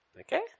Okay